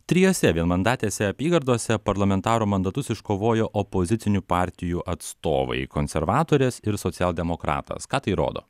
trijose vienmandatėse apygardose parlamentaro mandatus iškovojo opozicinių partijų atstovai konservatorės ir socialdemokratas ką tai rodo